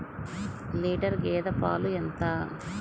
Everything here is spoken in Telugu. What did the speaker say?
లీటర్ గేదె పాలు ఎంత?